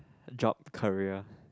job career